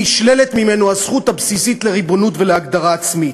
נשללת ממנו הזכות הבסיסית לריבונות ולהגדרה עצמית?